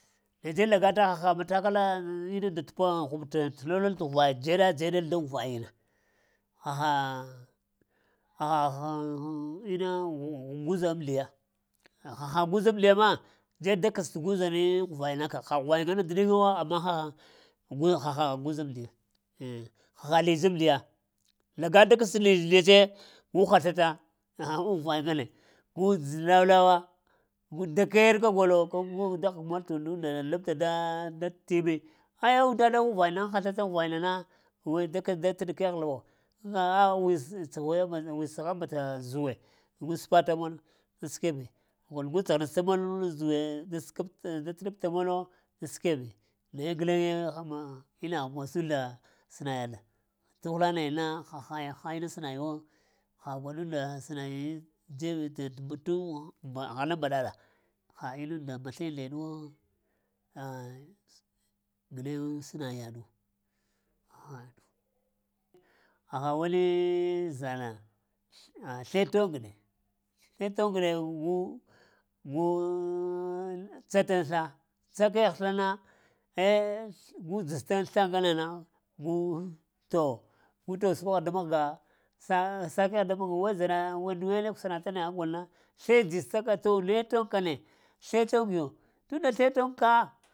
Netse lagata haha matakala inana nda t lolal te ghuvay dzeɗ dzeɗa-dzeɗa; daŋ ghuvay na, inna guza amdiya haha guza amdiya ma dzed da kes't guzan aŋ ghuvayni ka ha ghuvay ŋgne diɗiŋawo amma haha gu-guza amdiya, eh haha lidz amdiya laga da kəs lidz netse gu haslata haha aŋ ghuvay ŋgane gu dz lau-lawa dakerr kagolo da mog molo labta da dat immi, aya unndaɗ aŋ ghuvayno haslata aŋ ghuvayna na weda da təɗ keghlo a wistsəgha bata zuwe gul səpata mol sakweb gul tsəghanasta mol zuwee da təɗapta molo skweb naye guleŋe ma gwaɗunda səna yaɗa tuh-hla nayana gha-ha inna sənayi wo ha gwaɓunnda sənayi ghala mbaɗa-ɗa ha innan-nda pəsliŋ neɗuwo ah naye səna yaɗa haha wanii zəla sləee toŋgeɗe, sləee toŋgeɗe gu gu tsataŋ sləa, tsa kagh sləa na eh gu dzanstaŋ sləa ŋgane na gu tow, gu tow səkogha da mahga sa-sa kegheɗ da mahga way zlədnuwe kusanata ne? Aŋ golna sləe dzista ka taw ne togg kə ne sləee toŋgi tunda sləe toŋg kaa.